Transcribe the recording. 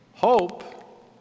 hope